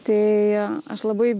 tai aš labai